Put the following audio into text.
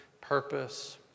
purpose